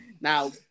now